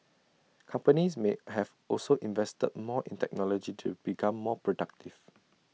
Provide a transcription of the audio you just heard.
companies may have also invested more in technology to become more productive